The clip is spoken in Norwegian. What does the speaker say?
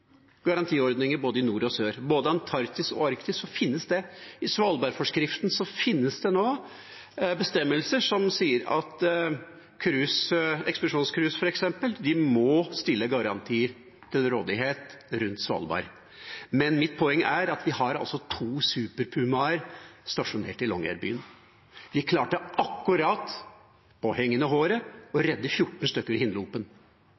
garantiordninger i både nord og sør. Både i Antarktis og i Arktis finnes det. I Svalbardforskriften finnes det nå bestemmelser som sier at f.eks. ekspedisjonscruise må stille garantier til rådighet rundt Svalbard. Men mitt poeng er at vi har to Super Puma-er stasjonert i Longyearbyen. De klarte akkurat på hengende håret å